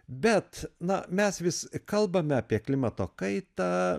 bet na mes vis kalbame apie klimato kaitą